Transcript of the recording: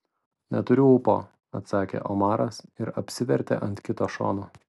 neturiu ūpo atsakė omaras ir apsivertė ant kito šono